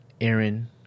Aaron